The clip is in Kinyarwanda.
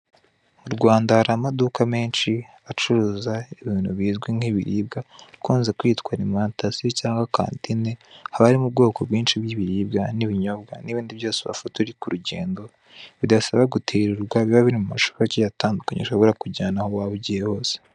Mu Rwanda hari amaduka menshi acuruza ibintu bizwi nk'ibiribwa, ikunze kwitwa alimantasiyo cyangwa kantine, haba harimo ubwoko bw'inshi n'ibinyobwa n'ibindi byose wafata uri mu rugendo, bidasaba gutirurwa biba biri mu macupa agiye atandukanye, ushobora kujyana aho waba ugiye hose.